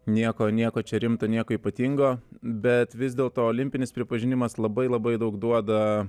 nieko nieko čia rimto nieko ypatingo bet vis dėlto olimpinis pripažinimas labai labai daug duoda